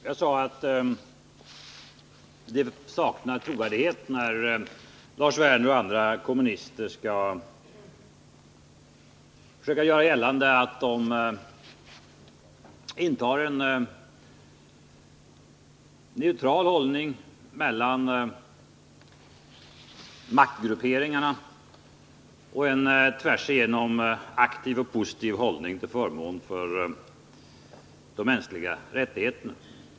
Jag sade att det saknar trovärdighet när Lars Werner och andra kommunister försöker göra gällande att de intar en neutral hållning mellan maktgrupperingarna och en tvärsigenom aktiv och positiv hållning till förmån för de mänskliga rättigheterna.